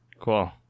Cool